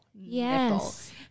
yes